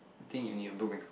think you need to put makeup